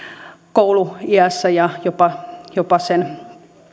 kouluiässä ja jopa jopa sen